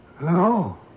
No